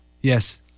Yes